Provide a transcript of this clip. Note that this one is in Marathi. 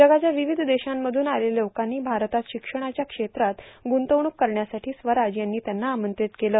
जगाच्या विविध देशांमधून आलेल्या लोकांनी भारतात शिक्षणाच्या क्षेत्रात गुंतवणूक करण्यासाठी स्वराज यांनी त्यांना आमंत्रित केलं